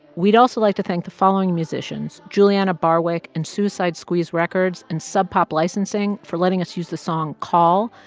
we'd also like to thank the following musicians julianna barwick and suicide squeeze records and sub pop licensing for letting us use the song call,